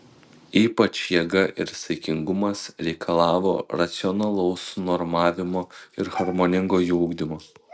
ypač jėga ir saikingumas reikalavo racionalaus sunormavimo ir harmoningo jų ugdymo